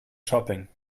shopping